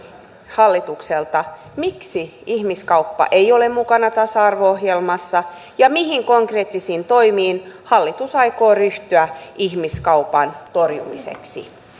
hallitukselta miksi ihmiskauppa ei ole mukana tasa arvo ohjelmassa ja mihin konkreettisiin toimiin hallitus aikoo ryhtyä ihmiskaupan torjumiseksi